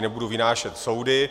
Nebudu vynášet soudy.